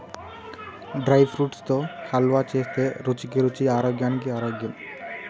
dry fruits తో హల్వా చేస్తే రుచికి రుచి ఆరోగ్యానికి ఆరోగ్యం